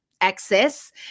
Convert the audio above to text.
access